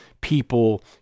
people